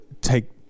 take